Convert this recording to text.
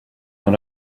dans